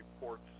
Reports